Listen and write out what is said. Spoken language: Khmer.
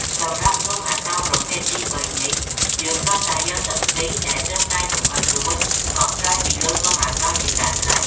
សម្រាប់នំំអាកោរប្រភេទទីបីនេះ យើងគ្រាន់តែយកទឹកខ្ទិះដែលទើបតែចម្អិនរួច មកស្រោចពីលើនំអាកោរជាការស្រេច។